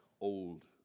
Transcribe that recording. old